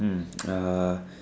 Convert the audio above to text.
uh